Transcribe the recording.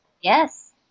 Yes